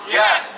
yes